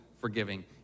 forgiving